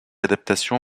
adaptation